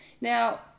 Now